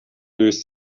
löst